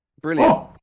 brilliant